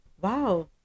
wow